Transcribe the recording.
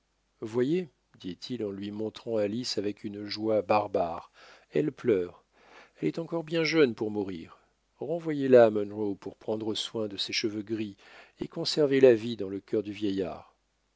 voyez dit-il en lui montrant alice avec une joie barbare elle pleure elle est encore bien jeune pour mourir renvoyezla à munro pour prendre soin de ses cheveux gris et conservez la vie dans le cœur du vieillard